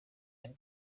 ari